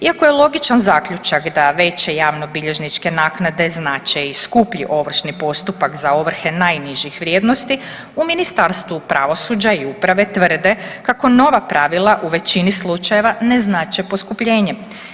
Iako je logičan zaključak da veće javnobilježničke naknade znače i skuplji ovršni postupak za ovrhe najnižih vrijednosti u Ministarstvu pravosuđa i uprave tvrde kako nova pravila u većini slučajeva ne znače poskupljenje.